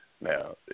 Now